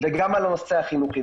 וגם על הנושא החינוכי.